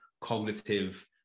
cognitive